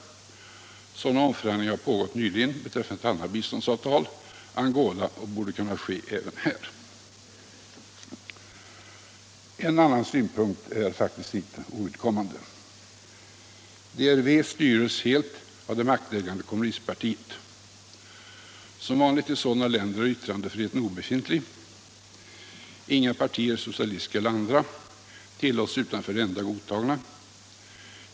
Sådana omförhandlingar har pågått nyligen beträffade ett annat biståndsland —- Angola — och borde kunna ske även här. En annan synpunkt är faktiskt inte ovidkommande. DRV styres helt av det maktägande kommunistpartiet, och som vanligt i sådana länder är yttrandefriheten obefintlig. Inga partier, socialistiska eller andra, tillåts utanför det enda godtagna.